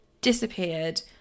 disappeared